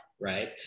right